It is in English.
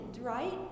right